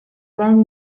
land